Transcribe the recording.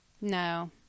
No